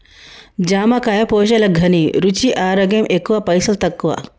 జామకాయ పోషకాల ఘనీ, రుచి, ఆరోగ్యం ఎక్కువ పైసల్ తక్కువ